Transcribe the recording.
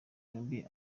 yombi